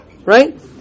Right